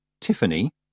Tiffany